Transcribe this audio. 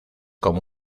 como